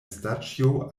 staĉjo